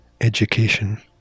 education